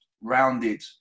rounded